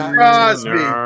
Crosby